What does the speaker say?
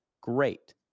great